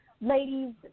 ladies